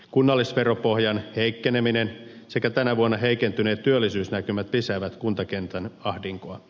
kunnallisveropohjan heikkeneminen sekä tänä vuonna heikentyneet työllisyysnäkymät lisäävät kuntakentän ahdinkoa